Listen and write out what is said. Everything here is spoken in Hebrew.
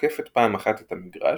עוקפת פעם אחת את המגרש,